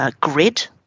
grid